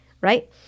right